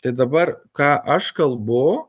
tai dabar ką aš kalbu